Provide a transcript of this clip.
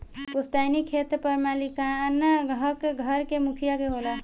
पुस्तैनी खेत पर मालिकाना हक घर के मुखिया के होला